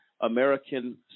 American